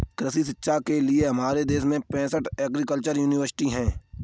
कृषि शिक्षा के लिए हमारे देश में पैसठ एग्रीकल्चर यूनिवर्सिटी हैं